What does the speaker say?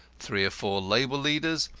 three or four labour leaders,